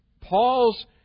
Paul's